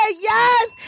yes